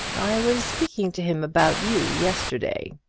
i was speaking to him about you yesterday,